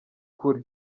kure